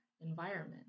environment